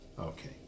Okay